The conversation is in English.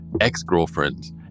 ex-girlfriends